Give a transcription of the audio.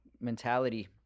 mentality